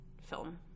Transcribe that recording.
film